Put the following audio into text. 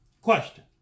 question